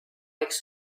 võiks